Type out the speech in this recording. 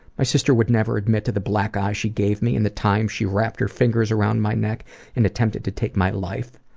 my sister would never admit to the black eyes she gave me and the time she wrapped her fingers around my neck and attempted to take my life.